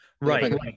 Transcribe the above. Right